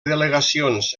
delegacions